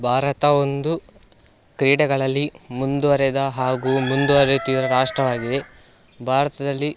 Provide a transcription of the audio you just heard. ಭಾರತ ಒಂದು ಕ್ರೀಡೆಗಳಲ್ಲಿ ಮುಂದುವರೆದ ಹಾಗೂ ಮುಂದುವರೆಯುತ್ತಿರುವ ರಾಷ್ಟ್ರವಾಗಿದೆ ಭಾರತದಲ್ಲಿ